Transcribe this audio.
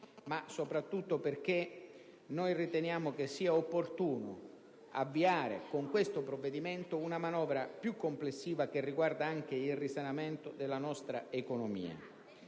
ma soprattutto perché riteniamo opportuno avviare con questo provvedimento una manovra più complessiva che riguarda anche il risanamento della nostra economia.